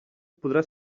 podrà